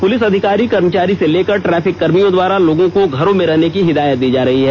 police अधिकारी कर्मचारी से लेकर ट्रैफिक कर्भियों द्वारा लोगों को घरों में रहने की हिदायत दी जा रही है